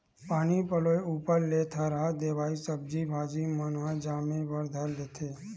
पानी पलोय ऊपर ले थरहा देवाय सब्जी भाजी मन ह जामे बर धर लेथे